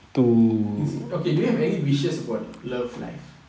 okay do you have any wishes about love life